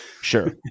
sure